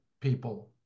people